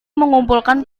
mengumpulkan